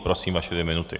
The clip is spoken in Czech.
Prosím vaše dvě minuty.